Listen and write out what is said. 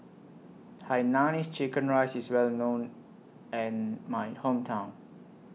Hainanese Chicken Rice IS Well known in My Hometown